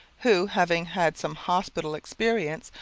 who, having had some hospital experience,